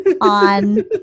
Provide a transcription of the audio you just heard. on